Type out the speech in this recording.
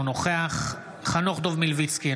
אינו נוכח חנוך דב מלביצקי,